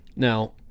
Now